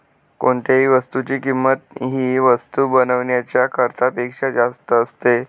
कोणत्याही वस्तूची किंमत ही वस्तू बनवण्याच्या खर्चापेक्षा जास्त असते